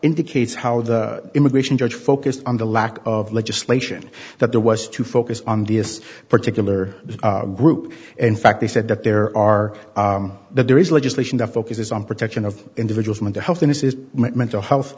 indicates how the immigration judge focused on the lack of legislation that there was to focus on this particular group in fact they said that there are that there is legislation that focuses on protection of individuals mental health in this is mental health